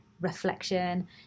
reflection